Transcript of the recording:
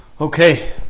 Okay